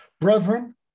Brethren